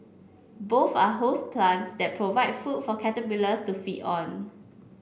both are host plants that provide food for caterpillars to feed on